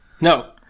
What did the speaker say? No